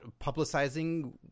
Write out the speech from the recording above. publicizing